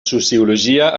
sociologia